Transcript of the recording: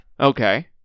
Okay